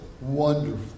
wonderful